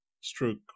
stroke